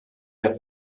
der